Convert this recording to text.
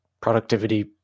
productivity